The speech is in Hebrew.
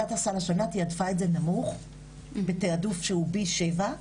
שהחלטנו פשוט שרירותית כמעט להגיד לה שעד גיל 35 אנחנו לא מממנים.